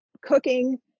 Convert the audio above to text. cooking